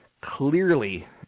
clearly